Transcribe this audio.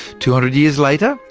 two hundred years later,